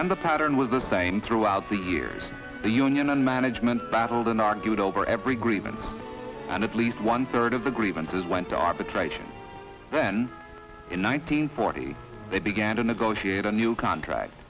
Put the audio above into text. and the pattern was the same throughout the years the union and management battled in argued over every grievance and at least one third of the grievances went to arbitration then in one nine hundred forty they began to negotiate a new contract